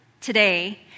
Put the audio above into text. today